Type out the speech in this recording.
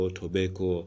tobacco